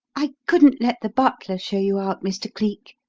i couldn't let the butler show you out, mr. cleek,